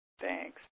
Thanks